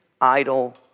idle